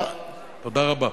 תודה רבה.